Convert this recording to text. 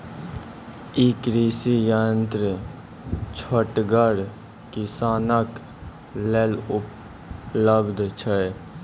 ई कृषि यंत्र छोटगर किसानक लेल उपलव्ध छै?